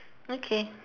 okay